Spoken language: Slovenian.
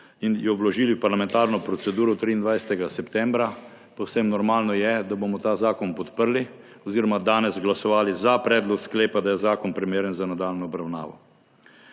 in jo vložili v parlamentarno proceduro 23. septembra. Povsem normalno je, da bomo ta zakon podprli oziroma danes glasovali za predlog sklepa, da je zakon primeren za nadaljnjo obravnavo.